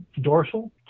dorsal